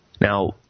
Now